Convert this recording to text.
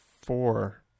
Four